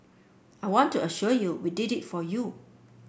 I want to assure you we did it for you